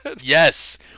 Yes